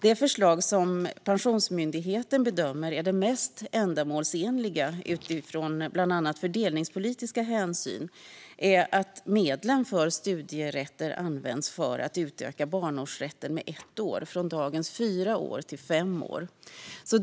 Det förslag som Pensionsmyndigheten bedömer är det mest ändamålsenliga utifrån bland annat fördelningspolitiska hänsyn är att medlen för studierätter används för att utöka barnårsrätten med ett år, från dagens fyra år till fem år.